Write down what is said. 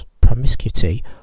promiscuity